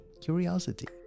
curiosity